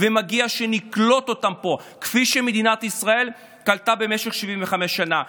ומגיע להם שנקלוט אותם פה כפי שמדינת ישראל קלטה במשך 75 שנה.